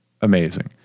Amazing